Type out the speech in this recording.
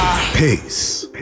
Peace